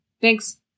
Thanks